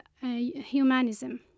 humanism